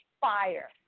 fire